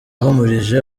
yahumurije